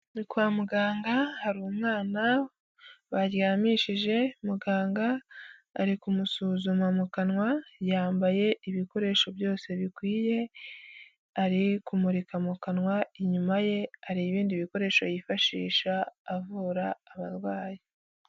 Ni kwa muganga hari umwana baryamishije, muganga ari kusuzuma mu kanwa yambaye ibikoresho byose bikwiye, ari kumurika mu kanwa inyuma ye hari ibindi bikoresho yifashisha avura abarwayi.